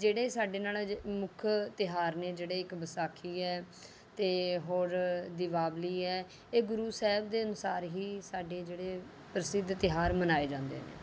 ਜਿਹੜੇ ਸਾਡੇ ਨਾਲ ਅਜ ਮੁੱਖ ਤਿਉਹਾਰ ਨੇ ਜਿਹੜੇ ਇੱਕ ਵਿਸਾਖੀ ਹੈ ਅਤੇ ਹੋਰ ਦੀਪਾਵਲੀ ਹੈ ਇਹ ਗੁਰੂ ਸਾਹਿਬ ਦੇ ਅਨੁਸਾਰ ਹੀ ਸਾਡੇ ਜਿਹੜੇ ਪ੍ਰਸਿੱਧ ਤਿਉਹਾਰ ਮਨਾਏ ਜਾਂਦੇ ਨੇ